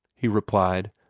he replied,